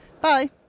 bye